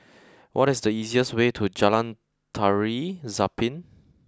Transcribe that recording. what is the easiest way to Jalan Tari Zapin